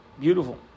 Beautiful